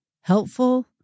helpful